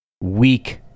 weak